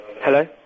Hello